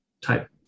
type